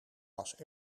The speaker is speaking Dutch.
was